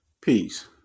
Peace